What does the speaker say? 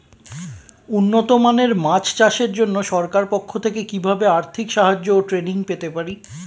উন্নত মানের মাছ চাষের জন্য সরকার পক্ষ থেকে কিভাবে আর্থিক সাহায্য ও ট্রেনিং পেতে পারি?